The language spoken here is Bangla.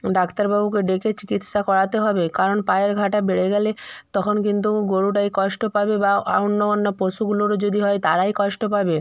ডাক্তারবাবুকে ডেকে চিকিৎসা করাতে হবে কারণ পায়ের ঘাটা বেড়ে গেলে তখন কিন্তু গোরুটাই কষ্ট পাবে বা অন্য অন্য পশুগুলোরও যদি হয় তারাই কষ্ট পাবে